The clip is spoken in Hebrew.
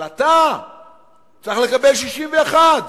אבל אתה צריך לקבל 61,